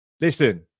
Listen